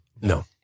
No